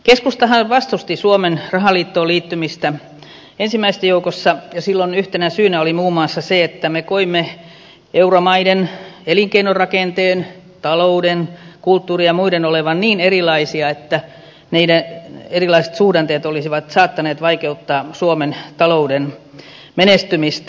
keskustahan vastusti suomen rahaliittoon liittymistä ensimmäisten joukossa ja silloin yhtenä syynä oli muun muassa se että me koimme euromaiden elinkeinorakenteen talouden kulttuurin ja muun olevan niin erilaisia että meidän erilaiset suhdanteemme olisivat saattaneet vaikeuttaa suomen talouden menestymistä